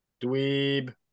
Dweeb